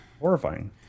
horrifying